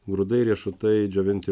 grūdai riešutai džiovinti